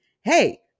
hey